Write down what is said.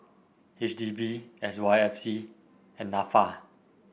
H D B S Y F C and NAFA